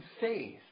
faith